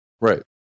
Right